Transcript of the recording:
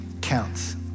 counts